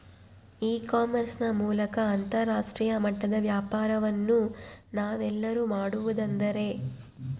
E commerce ನ ಮೂಲಕ ಅಂತರಾಷ್ಟ್ರೇಯ ಮಟ್ಟದ ವ್ಯಾಪಾರವನ್ನು ನಾವೆಲ್ಲರೂ ಮಾಡುವುದೆಂದರೆ?